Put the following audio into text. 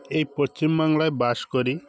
এই পশ্চিমবাংলায় বাস করি